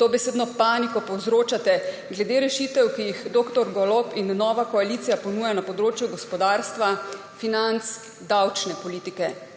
dobesedno paniko povzročate glede rešitev, ki jih dr. Golob in nova koalicija ponujata na področju gospodarstva, financ, davčne politike.